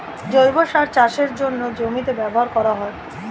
জৈব সার চাষের জন্যে জমিতে ব্যবহার করা হয়